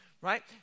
right